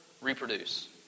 reproduce